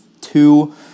two